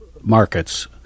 markets